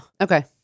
okay